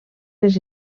les